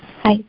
Hi